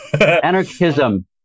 Anarchism